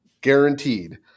guaranteed